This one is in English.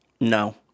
No